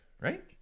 right